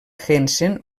hessen